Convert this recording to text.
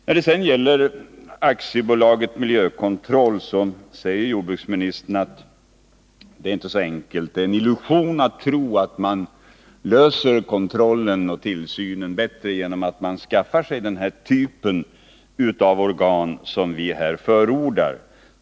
När det sedan gäller AB Svensk Miljökontroll säger jordbruksministern att frågan inte är så enkel och att det är en illusion att tro att vi löser frågan om kontroll och tillsyn bättre genom att skaffa den här typen av organ som vi förordar.